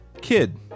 Kid